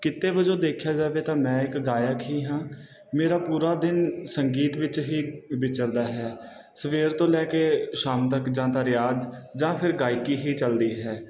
ਕਿੱਤੇ ਵਜੋਂ ਦੇਖਿਆ ਜਾਵੇ ਤਾਂ ਮੈਂ ਇੱਕ ਗਾਇਕ ਹੀ ਹਾਂ ਮੇਰਾ ਪੂਰਾ ਦਿਨ ਸੰਗੀਤ ਵਿੱਚ ਹੀ ਵਿਚਰਦਾ ਹੈ ਸਵੇਰ ਤੋਂ ਲੈ ਕੇ ਸ਼ਾਮ ਤੱਕ ਜਾਂ ਤਾਂ ਰਿਆਜ਼ ਜਾਂ ਫਿਰ ਗਾਇਕੀ ਹੀ ਚੱਲਦੀ ਹੈ